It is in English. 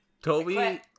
Toby